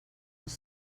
els